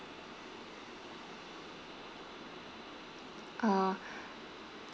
uh